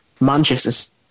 Manchester